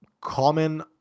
common